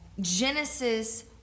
Genesis